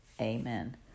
amen